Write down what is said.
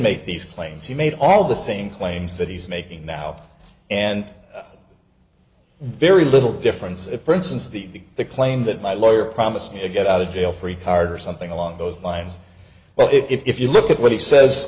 make these claims he made all the same claims that he's making now and very little difference if for instance the claim that my lawyer promised a get out of jail free card or something along those lines well if you look at what he says